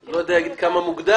אני לא יודע להגיד כמה מוקדם,